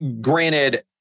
granted